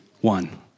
One